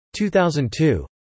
2002